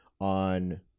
on